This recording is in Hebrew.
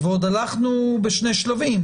או עורכת הדין של אותה גברת,